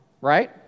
right